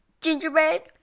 gingerbread